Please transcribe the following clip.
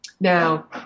Now